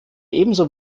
ebenso